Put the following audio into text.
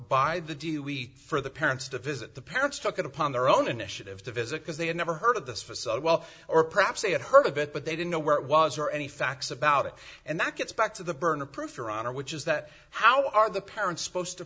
by the do we for the parents to visit the parents took it upon their own initiative to visit because they had never heard of this facade well or perhaps they had heard of it but they didn't know where it was or any facts about it and that gets back to the burden of proof your honor which is that how are the parents supposed to